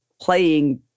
playing